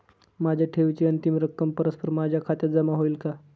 माझ्या ठेवीची अंतिम रक्कम परस्पर माझ्या खात्यात जमा होईल का?